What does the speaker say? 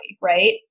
Right